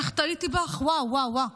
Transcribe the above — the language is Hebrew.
איך טעיתי בך, וואו, וואו, וואו.